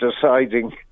deciding